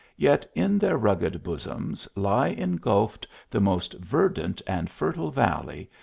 yet in their rugged bosoms lie engulfed the most verdant and fertile valley,